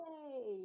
Yay